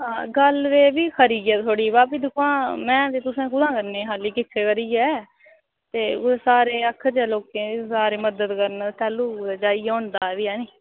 हां गल्ल ते एह्बी खरी ऐ थुआढ़ी बा भी दिक्खो आं में ते तुसें कुत्थूं करनी खाल्ली किट्ठे करियै ते कुतै सारें ई आखचै लोकें ई सारे मदद करन तैह्लूं कुतै जाइयै होंदा एह्बी ऐह्नी